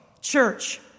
church